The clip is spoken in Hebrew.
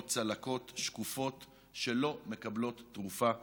צלקות שקופות שלא מקבלות תרופה ומענה.